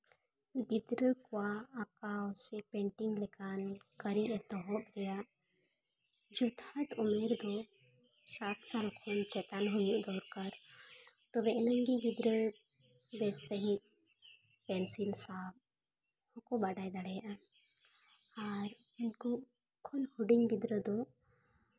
ᱜᱤᱫᱽᱨᱟᱹ ᱠᱚᱣᱟᱜ ᱟᱸᱠᱟᱣ ᱥᱮ ᱯᱮᱱᱴᱤᱝ ᱞᱮᱠᱟᱱ ᱠᱟᱹᱨᱤ ᱮᱛᱚᱦᱚᱵ ᱨᱮᱭᱟᱜ ᱡᱚᱛᱷᱟᱛ ᱩᱢᱮᱹᱨ ᱫᱚ ᱥᱟᱛ ᱥᱟᱞ ᱠᱷᱚᱱ ᱪᱮᱛᱟᱱ ᱦᱩᱭᱩᱜ ᱫᱚᱨᱠᱟᱨ ᱛᱚᱵᱮ ᱟᱹᱱᱤᱡ ᱜᱮ ᱜᱤᱫᱽᱨᱟᱹ ᱵᱮᱥ ᱥᱟᱺᱦᱤᱡ ᱯᱮᱱᱥᱤᱞ ᱥᱟᱵ ᱦᱚᱸ ᱠᱚ ᱵᱟᱰᱟᱭ ᱫᱟᱲᱮᱭᱟᱜᱼᱟ ᱟᱨ ᱩᱱᱠᱩ ᱠᱷᱚᱱ ᱦᱩᱰᱤᱧ ᱜᱤᱫᱨᱟᱹ ᱫᱚ